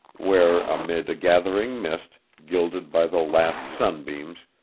where, amid a gathering mist, gilded by the last sunbeams,